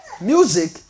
Music